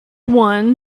one